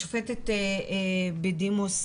השופטת בדימוס